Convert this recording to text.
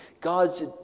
God's